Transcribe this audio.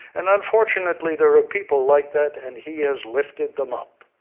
and, unfortunately, there are people like that. and he has lifted them up.